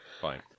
fine